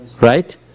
Right